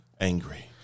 angry